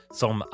som